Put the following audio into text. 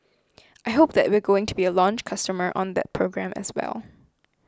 I hope that we're going to be a launch customer on that program as well